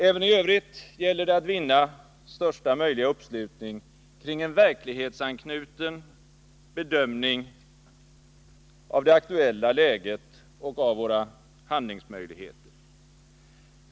Även i övrigt gäller det att vinna största möjliga uppslutning kring en verklighetsanknuten bedömning av det aktuella läget och av våra handlingsmöjligheter.